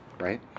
right